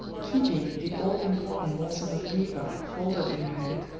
keeping the all-important morsel of paper folded in her hand.